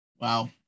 Wow